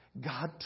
God